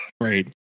Right